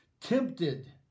Tempted